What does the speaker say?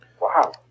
Wow